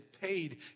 paid